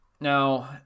Now